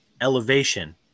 elevation